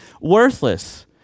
worthless